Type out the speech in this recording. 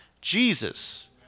Jesus